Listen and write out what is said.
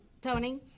Tony